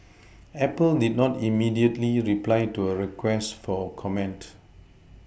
Apple did not immediately reply to a request for comment